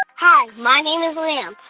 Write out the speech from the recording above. hi. my name is liam.